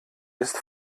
ist